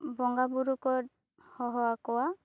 ᱵᱚᱸᱜᱟ ᱵᱳᱨᱳ ᱠᱚ ᱦᱚᱦᱚ ᱟᱠᱚᱭᱟ